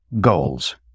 goals